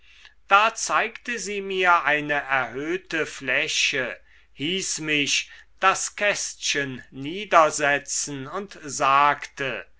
da zeigte sie mir eine erhöhte fläche hieß mich das kästchen niedersetzen und sagte